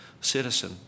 citizen